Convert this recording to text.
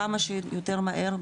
כמה שיותר מהר,